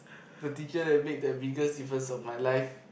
the teacher that make the biggest difference of my life